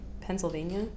Pennsylvania